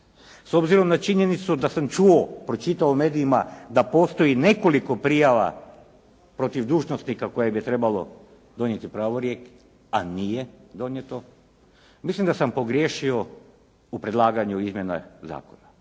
S obzirom na činjenicu da sam čuo, pročitao u medijima da postoji nekoliko prijava protiv dužnosnika koje bi trebalo donijeti pravorijek a nije donijeto mislim da sam pogriješio u predlaganju izmjena zakona.